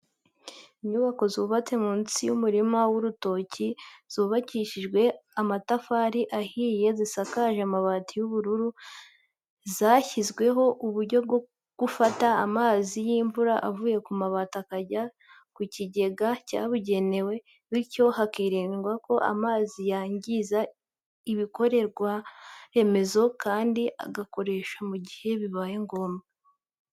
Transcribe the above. Inyubako zubatse munsi y'umurima w'urutoki, zubakishije amatafari ahiye zisakaje amabati y'ubururu, zashyiriweho uburyo bwo gufata amazi y'imvura avuye ku mabati akajya mu kigega cyabugenewe biryo hakirindwa ko amazi yangiza ibikorwaremezo kandi agakoreshwa mu gihe bibaye ngombwa.